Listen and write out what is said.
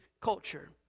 Culture